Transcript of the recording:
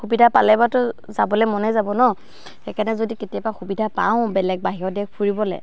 সুবিধা পালে বাৰুতো যাবলৈ মনে যাব ন সেইকাৰণে যদি কেতিয়াবা সুবিধা পাওঁ বেলেগ বাহিৰত দেশ ফুৰিবলৈ